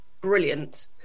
brilliant